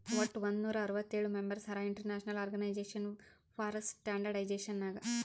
ವಟ್ ಒಂದ್ ನೂರಾ ಅರ್ವತ್ತೋಳ್ ಮೆಂಬರ್ಸ್ ಹರಾ international organization for standardization Nag